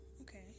okay